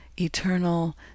eternal